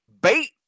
Bait